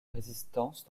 résistance